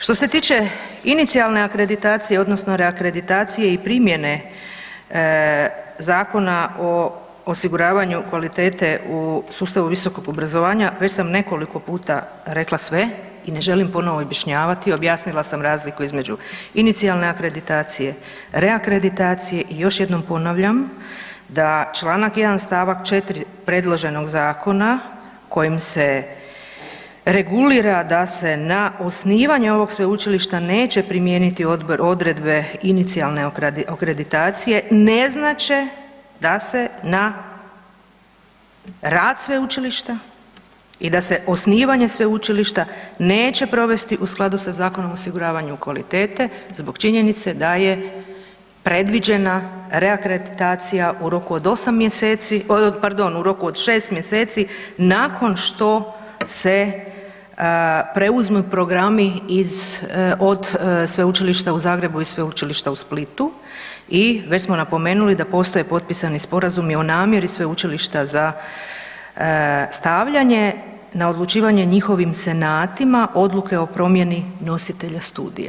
Što se tiče inicijalne akreditacije odnosno reakreditacije i primjene Zakona o osiguravanju kvalitete u sustavu visokog obrazovanja, već sam nekoliko puta rekla sve i ne želim ponovno objašnjavati, objasnila sam razliku između inicijalne akreditacije, reakreditacije i još jednom ponavljam, da čl. 1. stavak 4. predloženog zakona kojim se regulira da se na osnivanje ovog sveučilišta neće primijeniti odredbe inicijalne akreditacije na znače da se na rad sveučilišta i da se osnivanje sveučilišta neće provesti u skladu sa Zakonom o osiguravanju kvalitete zbog činjenice da je predviđena reakreditacija u roku od 8 mjeseci, pardon u roku od 6 mjeseci nakon što se preuzmu programi iz, od Sveučilišta u Zagrebu i Sveučilišta u Splitu i već smo napomenuli da postoje potpisani sporazumi o namjeri sveučilišta za stavljanje na odlučivanje njihovim senatima odluke o promjeni nositelja studija.